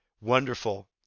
wonderful